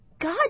God